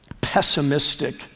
pessimistic